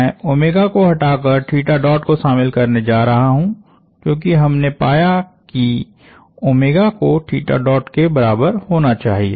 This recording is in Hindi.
मैं को हटाकर को शामिल करने जा रहा हूं क्योंकि हमने पाया कि को के बराबर होना चाहिए